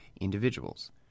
individuals